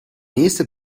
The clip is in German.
nächste